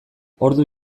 ordu